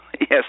Yes